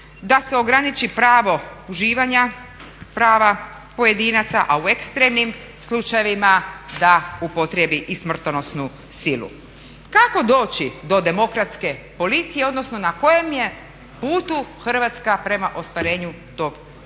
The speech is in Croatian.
da se ograniči pravo uživanja prava pojedinaca a u ekstremnim slučajevima da upotrijebi i smrtonosnu silu. Kako doći do demokratske policije odnosno na kojem je putu Hrvatska prema ostvarenju tog jednog